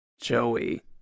Joey